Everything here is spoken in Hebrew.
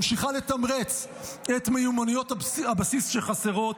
ממשיכה לתמרץ את מיומנויות הבסיס שחסרות.